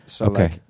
Okay